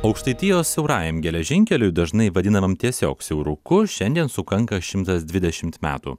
aukštaitijos siaurajam geležinkeliui dažnai vadinamam tiesiog siauruku šiandien sukanka šimtas dvidešimt metų